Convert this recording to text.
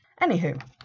Anywho